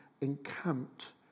encamped